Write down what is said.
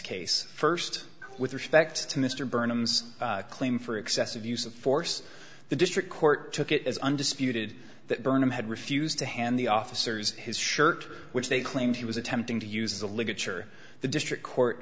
case st with respect to mr burnham's claim for excessive use of force the district court took it as undisputed that burnham had refused to hand the officers his shirt which they claimed he was attempting to use the ligature the district court